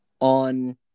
on